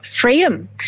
freedom